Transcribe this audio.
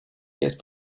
case